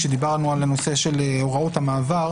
כשדיברנו על הנושא של הוראות המעבר,